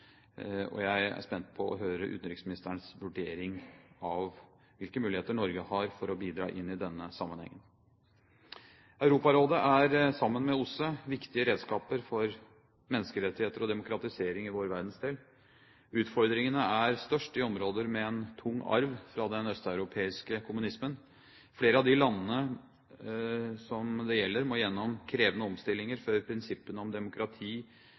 regionen. Jeg er spent på å høre utenriksministerens vurdering av hvilke muligheter Norge har for å bidra i denne sammenheng. Europarådet sammen med OSSE er viktige redskaper i arbeidet for menneskerettigheter og demokratisering i vår verdensdel. Utfordringene er størst i områder med en tung arv fra den østeuropeiske kommunismen. Flere av landene det gjelder, må gjennom krevende omstillinger før prinsippene om demokrati,